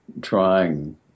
trying